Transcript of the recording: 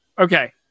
Okay